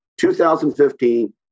2015